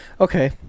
Okay